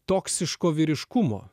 toksiško vyriškumo